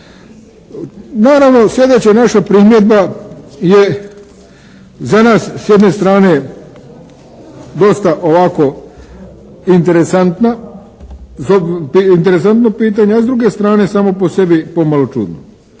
Naravno, sljedeća naša primjedba je za nas s jedne strane dosta ovako interesantna, interesantno pitanje a s druge strane samo po sebi pomalo čudno.